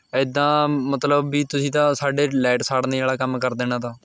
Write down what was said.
ਇੱਦਾਂ ਮਤਲਬ ਵੀ ਤੁਸੀਂ ਤਾਂ ਸਾਡੇ ਲਾਈਟ ਸਾੜਨੇ ਵਾਲਾ ਕੰਮ ਕਰ ਦੇਣਾ ਤਾ